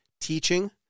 teaching